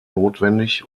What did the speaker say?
notwendig